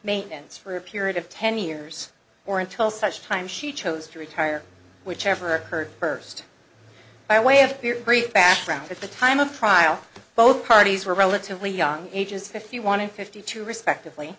maintenance for a period of ten years or until such time she chose to retire which ever occurred first by way of your brief background at the time of trial both parties were relatively young ages fifty one and fifty two respectively